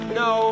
no